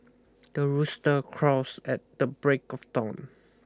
the rooster crows at the break of dawn